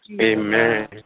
amen